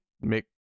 make